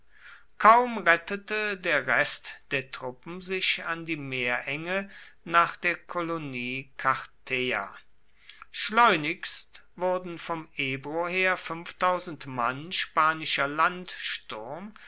kaum rettete der rest der truppen sich an die meerenge nach der kolonie carteia schleunigst wurden vom ebro her mann spanischer landsturm